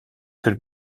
could